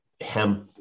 hemp